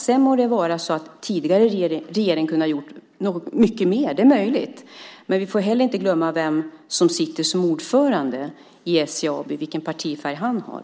Det må vara att den tidigare regeringen hade kunnat göra mycket mer. Det är möjligt. Men vi får heller inte glömma vem som sitter som ordförande i SJ AB och vilken partifärg han har.